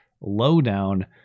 lowdown